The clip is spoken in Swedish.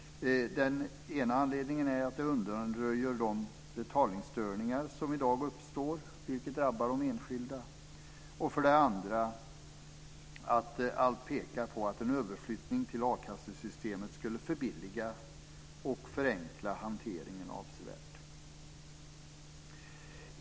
Den ena anledningen är att det här undanröjer de betalningsstörningar som i dag uppstår och som drabbar de enskilda. Den andra anledningen är att allt pekar på att en överflyttning till a-kassesystemet skulle förbilliga och förenkla hanteringen avsevärt.